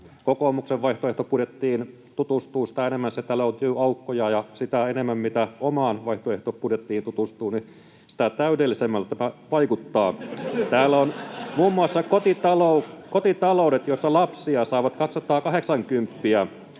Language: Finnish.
kokoomuksen vaihtoehtobudjettiin tutustuu, sitä enemmän sieltä löytyy aukkoja, ja sitä enemmän, mitä omaan vaihtoehtobudjettiin tutustuu, sitä täydellisemmältä tämä vaikuttaa. Täällä muun muassa kotitaloudet, joissa on lapsia, saavat 280